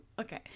okay